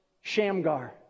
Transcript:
Shamgar